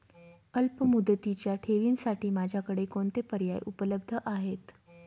अल्पमुदतीच्या ठेवींसाठी माझ्याकडे कोणते पर्याय उपलब्ध आहेत?